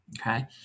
okay